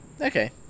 Okay